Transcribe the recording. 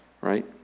right